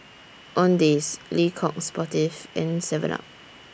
Owndays Le Coq Sportif and Seven up